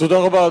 תודה רבה.